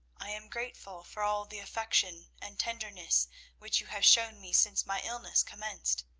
i am grateful for all the affection and tenderness which you have shown me since my illness commenced.